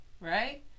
right